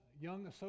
young